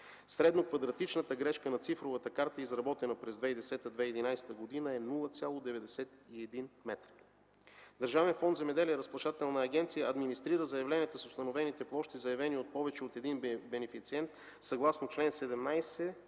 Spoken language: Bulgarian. Средно квадратичната грешка на цифровата карта, изработена през 2010-2011 г., е 0.91 м. Държавен фонд „Земеделие” – Разплащателна агенция, администрира заявленията с установените площи, заявени от повече от един бенефициент, съгласно чл. 17 и 18